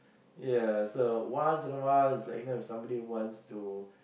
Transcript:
ya so once in awhile it's like you know if somebody wants to